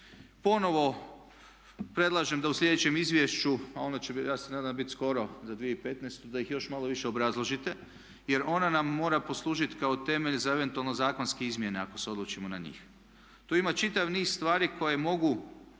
Ponovo predlažem da u sljedećem izvješću a ono će, ja se nadam da će biti skoro za 2015. da ih još malo više obrazložite jer ono nam mora poslužiti kao temelj za eventualno zakonske izmjene ako se odlučimo na njih. Tu ima čitav niz stvari koje mogu,